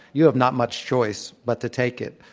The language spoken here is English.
you have not much choice but to take it.